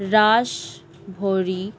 রাসভড়ি